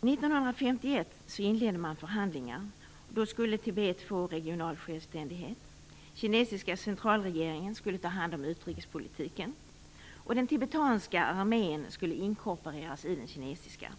1951 inleddes förhandlingar. Då skulle Tibet få regional självständighet. Den kinesiska centralregeringen skulle ta hand om utrikespolitiken, och den tibetanska armén skulle inkorporeras i den kinesiska.